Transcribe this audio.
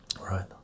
right